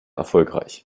erfolgreich